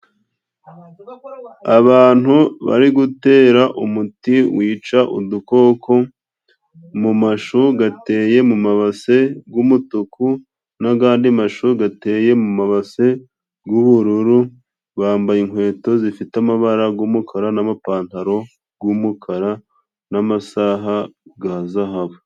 Abantu bari gutera umuti wica udukoko mu mashu gateye mu mabase g'umutuku n'agandi mashu gateye mu mabase g'ubururu bambaye inkweto zifite amabara g'umukara n'amapantaro g'umukara n'amasaha ga zahabu.